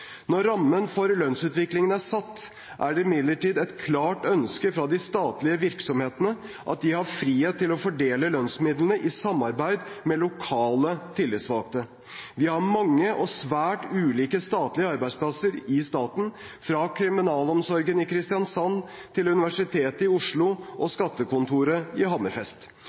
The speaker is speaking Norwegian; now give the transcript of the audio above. Når rammen for lønnsutviklingen er satt, er det imidlertid et klart ønske fra de statlige virksomhetene at de har frihet til å fordele lønnsmidlene i samarbeid med lokale tillitsvalgte. Vi har mange og svært ulike arbeidsplasser i staten – fra kriminalomsorgen i Kristiansand til Universitetet i Oslo og skattekontoret i Hammerfest.